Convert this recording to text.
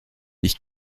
ich